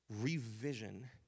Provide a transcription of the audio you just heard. revision